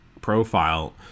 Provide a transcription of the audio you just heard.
profile